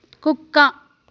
కుక్క